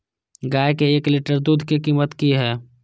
गाय के एक लीटर दूध के कीमत की हय?